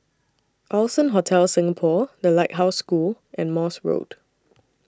Allson Hotel Singapore The Lighthouse School and Morse Road